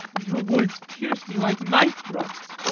your words pierce me like knife thrusts,